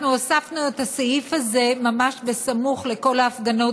הוספנו את הסעיף הזה ממש סמוך לכל ההפגנות